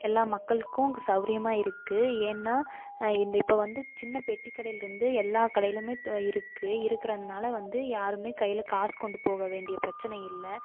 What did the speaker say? எல்லா மக்களுக்கும் சௌகரியமா இருக்கு ஏன்னா இந்த இப்போ வந்து சின்ன பெட்டிக்கடையிலேருந்து எல்லா கடையிலும் இருக்கு இருக்கிறதுனால வந்து யாரும் கையில் காசு கொண்டு போக வேண்டிய பிரச்சனை இல்லை